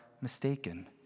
mistaken